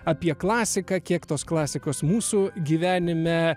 apie klasiką kiek tos klasikos mūsų gyvenime